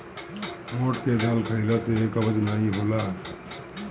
मोठ के दाल खईला से कब्ज नाइ होला